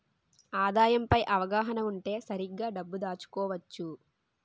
ఆదాయం పై అవగాహన ఉంటే సరిగ్గా డబ్బు దాచుకోవచ్చు